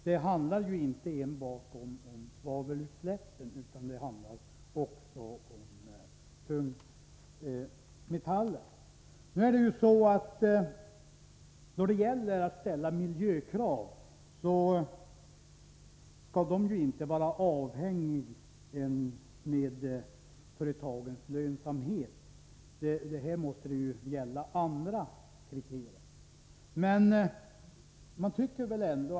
Det handlar alltså inte enbart om svavelutsläppen utan också om utsläpp av tungmetaller. Miljökraven skall naturligtvis inte vara avhängiga av företagens lönsamhet — här måste andra kriterier gälla.